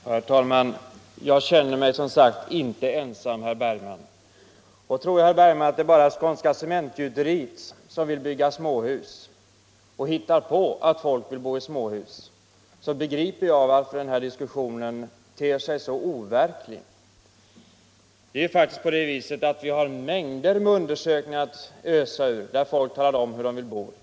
Herr talman! Jag känner mig som sagt inte ensam, herr Bergman. Tror herr Bergman att det bara är Skånska Cementgjuteriet som vill bygga småhus och hittar på att folk vill bo så, begriper jag varför den här diskussionen ter sig så overklig. Det finns mängder av undersökningar att ösa ur, där folk talar om hur de vill bo.